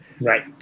Right